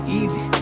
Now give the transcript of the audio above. easy